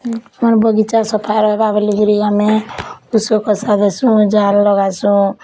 ମୋ ବଗିଚା ସଫା ରହିବା ବୋଲିକିରି ଆମେ ଉଷକଷା ଦେସୁଁ ଜାଲ୍ ଲଗାସୁଁ